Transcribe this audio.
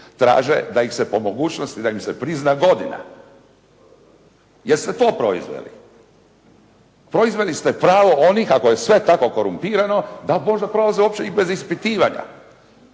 traže da ih se po mogućnosti, da im se prizna godina. Jer ste to proizveli. Proizveli ste pravo onih, ako je sve tako korumpirano, da možda prolaze opće i bez ispitivanja.